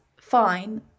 fine